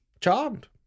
Charmed